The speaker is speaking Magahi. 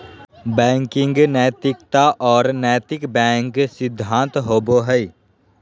बैंकिंग नैतिकता और नैतिक बैंक सिद्धांत होबो हइ